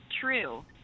true